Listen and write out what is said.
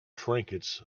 trinkets